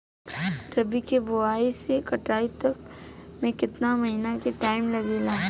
रबी के बोआइ से कटाई तक मे केतना महिना के टाइम लागेला?